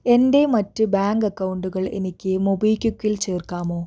എൻ്റെ മറ്റ് ബാങ്ക് അക്കൗണ്ടുകൾ എനിക്ക് മൊബിക്വിക്കിൽ ചേർക്കാമോ